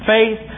Faith